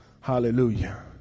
Hallelujah